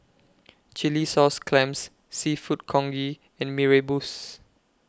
Chilli Sauce Clams Seafood Congee and Mee Rebus